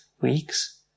week's